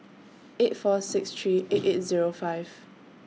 eight four six three eight eight Zero five